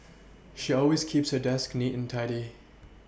she always keeps her desk neat and tidy